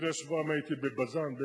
לפני שבועיים הייתי בבז"ן,